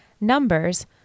numbers